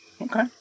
Okay